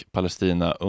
Palestina